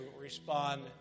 respond